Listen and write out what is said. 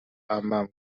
عمم